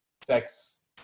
sex